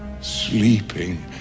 sleeping